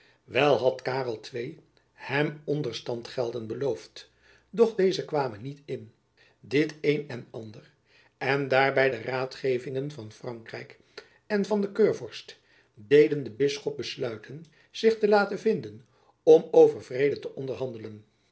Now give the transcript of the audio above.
wel had karel ii hem onderstandgelden beloofd doch deze kwamen niet in dit een en ander en daarby de raadgevingen van frankrijk en van den keurvorst deden den bisschop besluiten zich te laten vinden om over vrede te onderhandelen